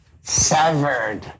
severed